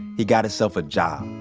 he got himself a job.